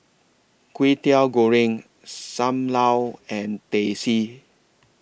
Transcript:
Kwetiau Goreng SAM Lau and Teh C